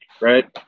right